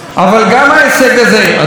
אדוני היושב-ראש,